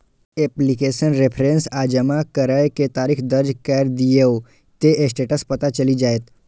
application reference आ जमा करै के तारीख दर्ज कैर दियौ, ते स्टेटस पता चलि जाएत